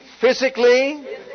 physically